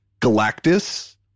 Galactus